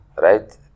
right